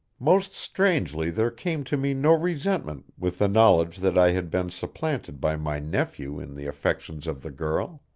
most strangely there came to me no resentment with the knowledge that i had been supplanted by my nephew in the affections of the girl